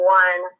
one